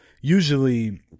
usually